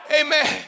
Amen